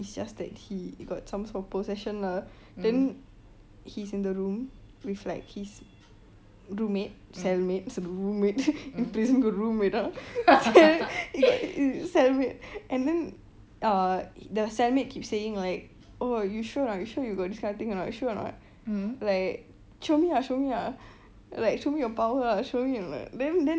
it's just that he got some sort of possession lah then he's in the room with like his roommate cellmate roommate prison got roommate ah cellmate and then uh the cellmate keep saying like oh you sure or not you sure got this kind of thing or not you sure or not like show me ah show me ah like show me your power ah show me then then